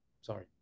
sorry